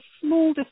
small